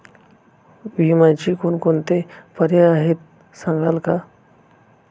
विम्याचे कोणकोणते पर्याय आहेत सांगाल का?